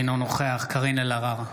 אינו נוכח קארין אלהרר,